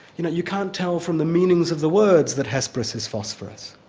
you know you can't tell from the meanings of the words that hesperus is phosphorus.